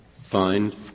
find